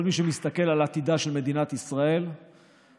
כל מי שמסתכל על עתידה של מדינת ישראל מבין